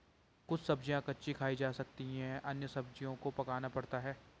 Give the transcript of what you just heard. कुछ सब्ज़ियाँ कच्ची खाई जा सकती हैं और अन्य सब्ज़ियों को पकाना पड़ता है